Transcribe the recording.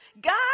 God